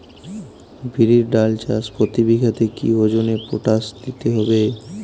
বিরির ডাল চাষ প্রতি বিঘাতে কি ওজনে পটাশ দিতে হবে?